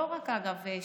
אגב,